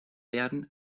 werden